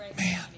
man